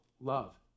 love